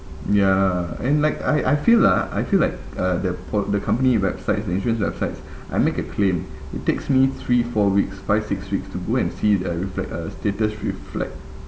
ya and like I I feel ah I feel like uh the po~ the company websites the insurance websites I make a claim it takes me three four weeks five six weeks to go and see uh reflect uh status reflect